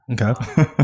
Okay